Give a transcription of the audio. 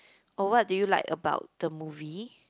oh what do you like about the movie